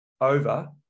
over